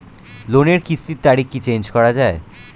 লোনের কিস্তির তারিখ কি চেঞ্জ করা যায়?